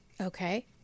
Okay